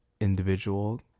individual